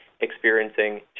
experiencing